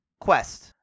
Quest